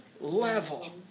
level